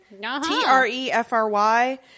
T-R-E-F-R-Y